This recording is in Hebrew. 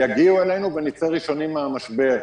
יגיעו אלינו ונצא ראשונים מן המשבר.